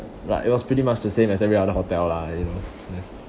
but it was pretty much the same as every other hotel lah you know there's